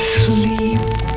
sleep